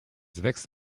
wächst